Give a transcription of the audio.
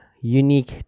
unique